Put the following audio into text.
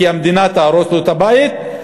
כי המדינה תהרוס לו את הבית,